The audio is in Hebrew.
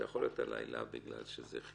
זה יכול להיות עילה בגלל שזה זה,